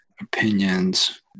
opinions